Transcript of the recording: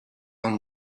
own